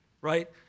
right